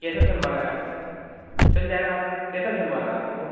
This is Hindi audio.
कैसा सिलवाना है आपको सिल जाएगा आप कैसा सिलवाना है आपको